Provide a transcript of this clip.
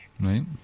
Right